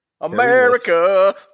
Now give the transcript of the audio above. America